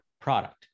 product